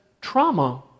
trauma